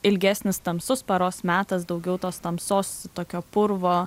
ilgesnis tamsus paros metas daugiau tos tamsos tokio purvo